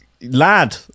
lad